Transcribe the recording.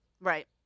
Right